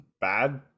bad